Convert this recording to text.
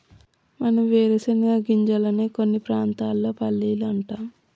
మనం వేరుశనగ గింజలనే కొన్ని ప్రాంతాల్లో పల్లీలు అంటాం